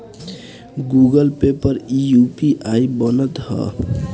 Google Pay पर इ UPI बनत हअ